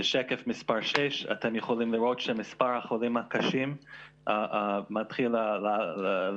בשקף מספר 6 אתם יכולים לראות שמספר החולים הקשים מתחיל לזנק,